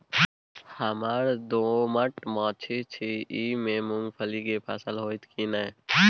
हमर दोमट माटी छी ई में मूंगफली के फसल होतय की नय?